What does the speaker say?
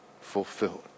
fulfilled